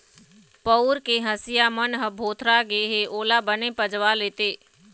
पउर के हँसिया मन ह भोथरा गे हे ओला बने पजवा लेते